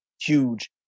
huge